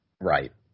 Right